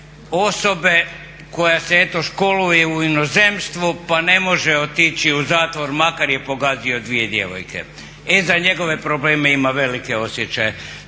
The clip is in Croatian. osobe koja se eto školuje u inozemstvu pa ne može otići u zatvor makar je pogazio dvije djevojke. E za njegove probleme ima velike osjećaje.